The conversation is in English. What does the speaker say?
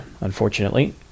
unfortunately